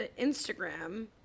Instagram